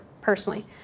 personally